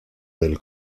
del